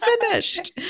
finished